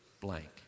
Blank